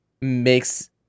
makes